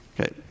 Okay